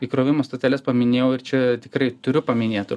įkrovimo stoteles paminėjau ir čia tikrai turiu paminėt